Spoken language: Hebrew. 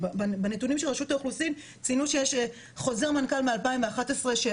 בנתונים של רשות האוכלוסין ציינו שיש חוזר מנכ"ל מ- 2011 שהוחל.